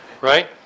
right